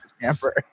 camper